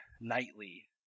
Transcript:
nightly